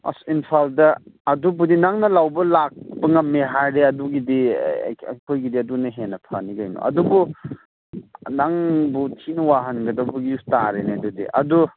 ꯑꯁ ꯏꯝꯐꯥꯜꯗ ꯑꯗꯨꯕꯨꯗꯤ ꯅꯪꯅ ꯂꯧꯕ ꯂꯥꯛꯄ ꯉꯝꯃꯦ ꯍꯥꯏꯔꯦ ꯑꯗꯨꯒꯤꯗꯤ ꯑꯩꯈꯣꯏꯒꯤꯗꯤ ꯑꯗꯨꯅ ꯍꯦꯟ ꯐꯅꯤ ꯀꯩꯅꯣ ꯑꯗꯨꯕꯨ ꯅꯪꯕꯨ ꯊꯤꯅ ꯋꯥꯍꯟꯒꯗꯕꯒꯤ ꯇꯥꯔꯦꯅꯦ ꯑꯗꯨꯗꯤ ꯑꯗꯨ